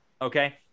Okay